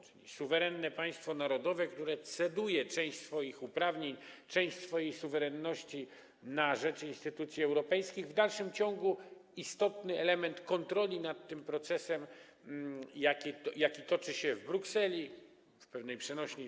Czyli suwerenne państwo narodowe, które ceduje część swoich uprawnień, część swojej suwerenności na rzecz instytucji europejskich, utrzymuje w dalszym ciągu istotny element kontroli nad tym procesem, jaki toczy się w Brukseli, używają pewnej przenośni.